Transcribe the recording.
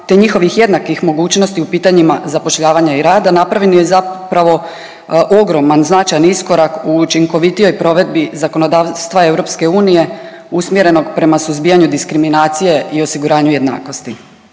te njihovih jednakih mogućnosti u pitanjima zapošljavanja i rada napravljen je zapravo ogroman, značajan iskorak u učinkovitijoj provedbi zakonodavstva EU usmjerenog prema suzbijanju diskriminacije i osiguranju jednakosti.